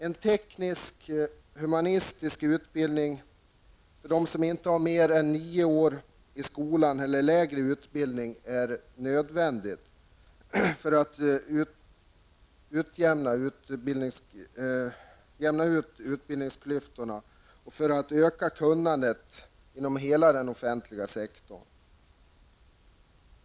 En teknisk-humanistisk utbildning för dem som inte har gått mer än nio år i skola eller har lägre utbildning är nödvändig för att jämna ut utbildningsklyftorna och för att öka kunnandet inom hela den offentliga sektorn.